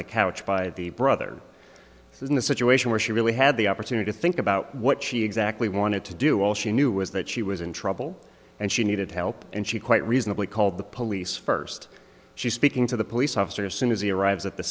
the couch by the brother this isn't a situation where she really had the opportunity to think about what she exactly wanted to do all she knew was that she was in trouble and she needed help and she quite reasonably called the police first she's speaking to the police officer soon as he arrives at the